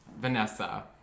Vanessa